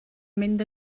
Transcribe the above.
mynd